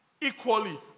equally